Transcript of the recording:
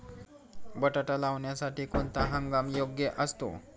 बटाटा लावण्यासाठी कोणता हंगाम योग्य असतो?